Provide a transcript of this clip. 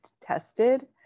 tested